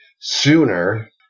sooner